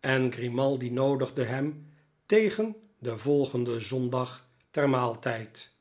en grimaldi noodigde hem tegen den volgenden zondag ter maaltijd